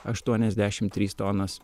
aštuoniasdešim trys tonas